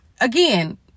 again